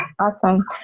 Awesome